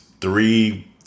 three